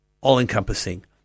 all-encompassing